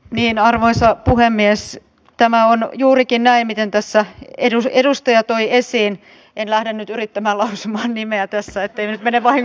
miina arvoisa puhemies se tämä on juuri c en näe miten tässä edusti edustaja toi esiin en lähtenyt ylittämään lapsen nimeä tässä ettei mene vain